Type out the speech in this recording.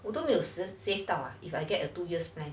我都没有时 save or if I get a two year split